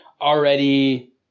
already